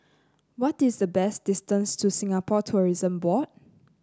what is the best distance to Singapore Tourism Board